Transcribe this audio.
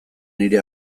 nire